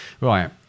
Right